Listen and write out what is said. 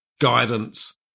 guidance